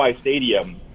Stadium